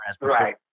Right